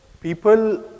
people